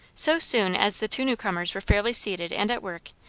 so soon as the two new-comers were fairly seated and at work,